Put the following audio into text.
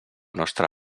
nostra